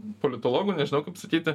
politologų nežinau kaip sakyti